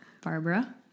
Barbara